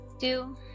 two